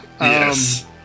Yes